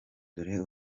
dore